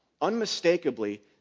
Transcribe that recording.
unmistakably